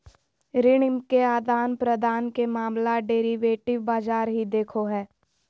ऋण के आदान प्रदान के मामला डेरिवेटिव बाजार ही देखो हय